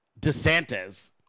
DeSantis